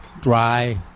dry